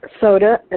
soda